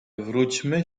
wróćmy